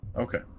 Okay